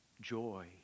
Joy